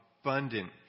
abundant